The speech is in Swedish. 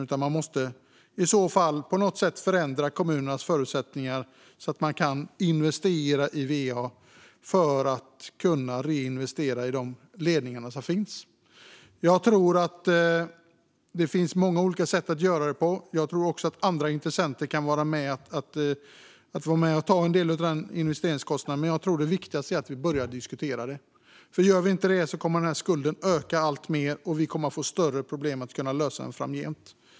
Kommunernas förutsättningar måste i så fall på något sätt förändras så att man kan investera i va för att kunna reinvestera i de ledningar som finns. Jag tror att det finns många olika sätt att göra detta på. Jag tror också att andra intressenter kan vara med och ta en del av investeringskostnaden. Jag tror dock att det viktigaste är att vi börjar diskutera detta. Gör vi inte det kommer den här skulden att öka alltmer, och vi kommer att få större problem med att lösa den framgent.